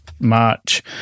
March